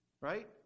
Right